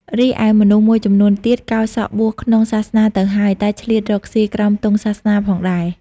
រីឯមនុស្សមួយចំនួនទៀត កោរសក់បួសក្នុងសាសនាទៅហើយ តែឆ្លៀតរកស៊ីក្រោមទង់សាសនាផងដែរ ។